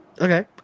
Okay